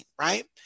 right